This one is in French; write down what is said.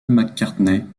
mccartney